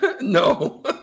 No